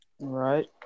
Right